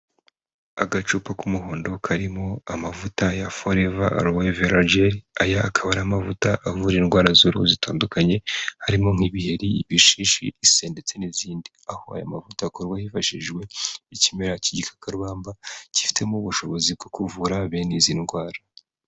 Agacupa k'umuhondo karimo amavuta ya Forever Aloe Vera Gel, aya akaba ari amavuta avura indwara z'uruhu zitandukanye, harimo nk'ibiheri, ibishishi, ise ndetse n'izindi. Aho aya mavuta akorwa hifashishijwe ikimera cy'igikakarubamba cyifitemo ubushobozi bwo kuvura bene izi ndwara.